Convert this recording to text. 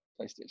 PlayStation